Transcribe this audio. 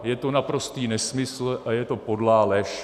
Je to naprostý nesmysl a je to podlá lež.